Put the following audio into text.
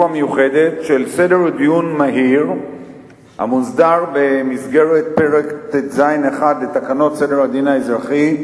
מיוחדת של סדר דיון מהיר המוסדר במסגרת פרק ט"ז1 לתקנות סדר הדין האזרחי,